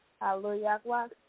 Hallelujah